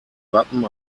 wappen